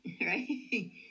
right